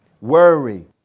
worry